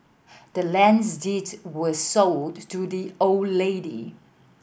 the land's deed was sold to the old lady